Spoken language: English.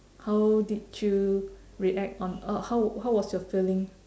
how did you react on uh how how was your feeling